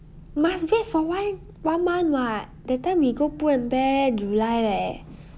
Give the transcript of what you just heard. must get for one one month [what] that time we go Pull&Bear july leh